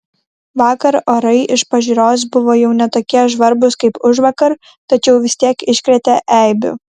vakar orai iš pažiūros buvo jau ne tokie žvarbūs kaip užvakar tačiau vis tiek iškrėtė eibių